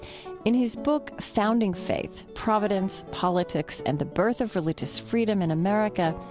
in his book founding faith providence, politics, and the birth of religious freedom in america,